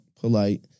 polite